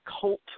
cult